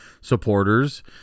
supporters